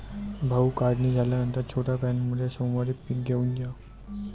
भाऊ, काढणी झाल्यावर छोट्या व्हॅनमध्ये सोमवारी पीक घेऊन जा